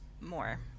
more